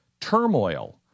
turmoil